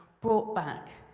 brought back,